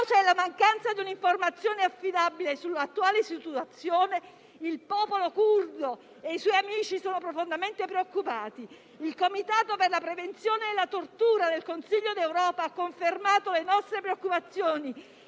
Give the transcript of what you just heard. causa della mancanza di un'informazione affidabile sull'attuale situazione, il popolo curdo e i suoi amici sono profondamente preoccupati. Il Comitato per la prevenzione della tortura del Consiglio d'Europa, nel suo rapporto dell'agosto